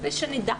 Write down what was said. כדי שנדע.